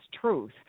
truth